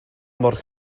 mor